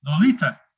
Lolita